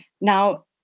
Now